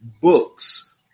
Books